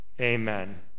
Amen